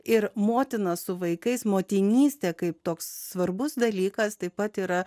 ir motiną su vaikais motinystė kaip toks svarbus dalykas taip pat yra